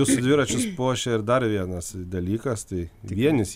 jūsų dviračius puošia ir dar vienas dalykas tai vienis